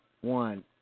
one